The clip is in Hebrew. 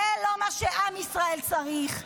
זה לא מה שעם ישראל צריך,